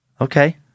Okay